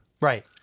right